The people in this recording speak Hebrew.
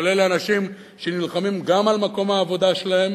אבל אלה אנשים שנלחמים גם על מקום העבודה שלהם